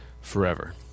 forever